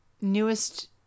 newest